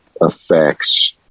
effects